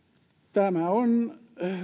tämä esitys on